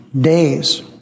days